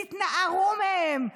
תתנערו מהם.